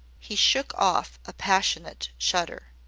he shook off a passionate shudder.